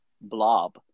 blob